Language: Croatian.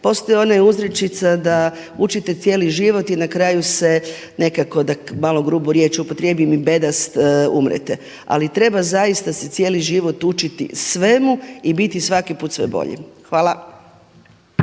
Postoji ona uzrečica da učite cijeli život i na kraju se nekako, da malo grubu riječ upotrijebim, i bedast umrete. Ali treba zaista se cijeli život učiti svemu i biti svaki put sve bolji. Hvala.